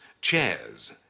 chairs